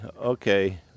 okay